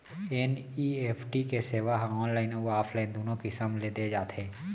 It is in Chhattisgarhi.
एन.ई.एफ.टी के सेवा ह ऑनलाइन अउ ऑफलाइन दूनो किसम ले दे जाथे